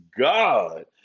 God